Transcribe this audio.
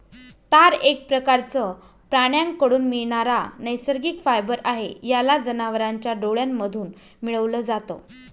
तार एक प्रकारचं प्राण्यांकडून मिळणारा नैसर्गिक फायबर आहे, याला जनावरांच्या डोळ्यांमधून मिळवल जात